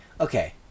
Okay